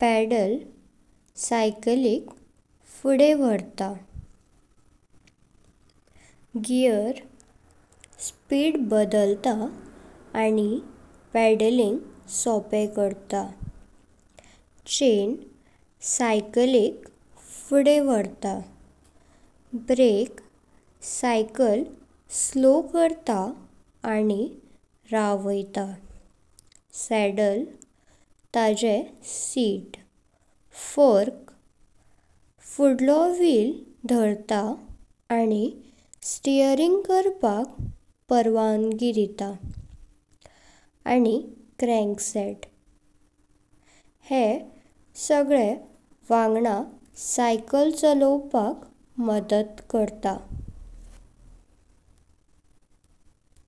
Pedals, सायकलिक फुडें व्हरता. गेअर्स, स्पीड बदलता आनी पाडलिंग सोपे करता। चैन, सायकलिक फुडें व्हरता. ब्रेक, सायकल स्लो करता आनी रावयता. सॅडल, ताजे सीट। फोर्क, फुडलो व्हील धारता आनी स्टीयरिंग करपाक परवांगी देता आनी क्रांकसेट हे सगळे वंगडा सायकल चालोवपाक मदत करता।